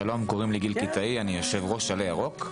שלום, קוראים לי גיל קיטאי, אני יו"ר "עלה ירוק".